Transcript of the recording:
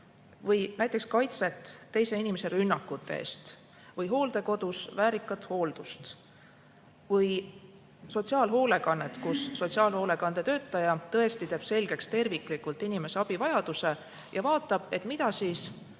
või näiteks kaitset teise inimese rünnakute eest või hooldekodus väärikat hooldust või sotsiaalhoolekannet, kus sotsiaalhoolekandetöötaja tõesti teeb selgeks terviklikult inimese abivajaduse ja vaatab, et mida